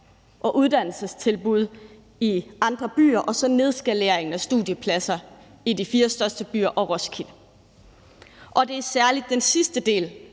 og uddannelsestilbud i andre byer og så nedskaleringen af studiepladser i de fire største byer og Roskilde. Det er særlig den sidste del,